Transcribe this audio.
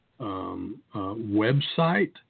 website